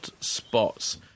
spots